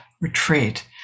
retreat